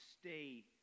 stay